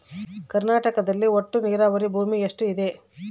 ಕರ್ನಾಟಕದಲ್ಲಿ ಒಟ್ಟು ನೇರಾವರಿ ಭೂಮಿ ಎಷ್ಟು ಇದೆ?